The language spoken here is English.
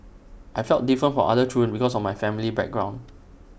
I felt different from other children because of my family background